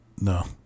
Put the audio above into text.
No